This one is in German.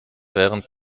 während